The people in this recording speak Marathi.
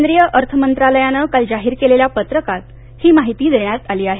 केंद्रीय वर्षमंत्रालयानं काल जाहीर केलेल्या पत्रकात ही माहिती देण्यात आली आहे